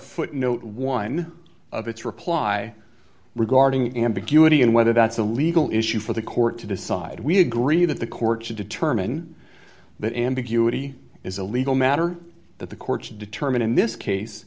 footnote one of its reply regarding ambiguity and whether that's a legal issue for the court to decide we agree that the court to determine that ambiguity is a legal matter that the courts determine in this case